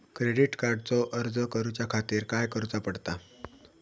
Credit कार्डचो अर्ज करुच्या खातीर काय करूचा पडता?